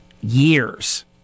years